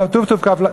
תתקל"א.